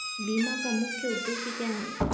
बीमा का मुख्य उद्देश्य क्या है?